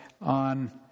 on